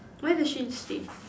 where does she stay